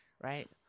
right